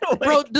bro